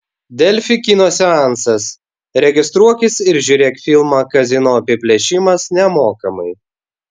delfi kino seansas registruokis ir žiūrėk filmą kazino apiplėšimas nemokamai